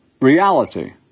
reality